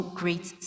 great